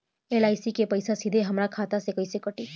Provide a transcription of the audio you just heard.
LIC के पईसा सीधे हमरा खाता से कइसे कटी?